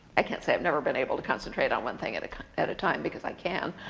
i can't say i've never been able to concentrate on one thing at at a time, because i can,